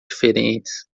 diferentes